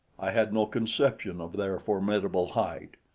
i had no conception of their formidable height.